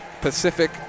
Pacific